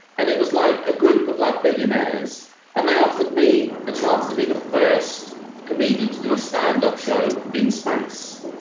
and it was like a group of like billionaires and they offered me a chance to be the first comedian to do a stand-up show in space.